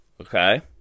Okay